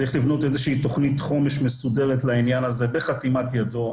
צריך לבנות איזושהי תוכנית חומש מסודרת לעניין הזה בחתימת ידו.